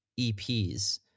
EPs